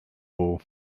buc